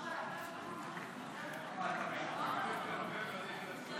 בממשלה לא נתקבלה.